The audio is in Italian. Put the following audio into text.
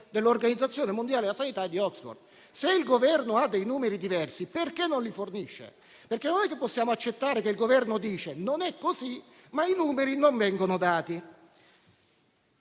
dell'Organizzazione mondiale della sanità e di Oxford. Se il Governo ha dei numeri diversi, perché non li fornisce? Non possiamo accettare che il Governo dica che non è così, ma i numeri non vengono dati.